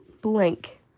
blank